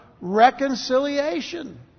reconciliation